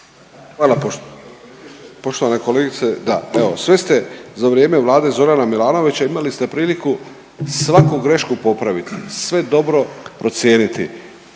(HDZ)** Poštovana kolegice da, evo sve ste za vrijeme Vlade Zorana Milanovića imali ste priliku svaku grešku popraviti, sve dobro procijeniti,